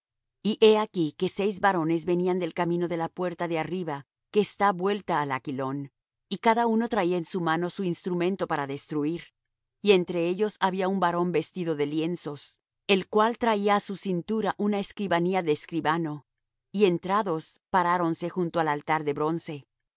he aquí que seis varones venían del camino de la puerta de arriba que está vuelta al aquilón y cada uno traía en su mano su instrumento para destruir y entre ellos había un varón vestido de lienzos el cual traía á su cintura una escribanía de escribano y entrados paráronse junto al altar de bronce